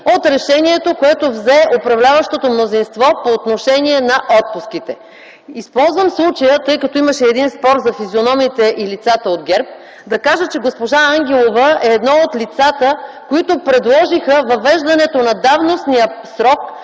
от решението, което взе управляващото мнозинство по отношение на отпуските. Използвам случая, тъй като имаше един спор за физиономиите и лицата от ГЕРБ, да кажа, че госпожа Ангелова е едно от лицата, които предложиха въвеждането на давностния срок,